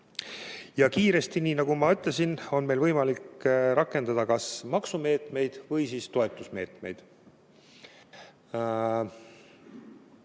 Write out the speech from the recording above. Ja kiiresti, nagu ma ütlesin, on meil võimalik rakendada kas maksumeetmeid või toetusmeetmeid.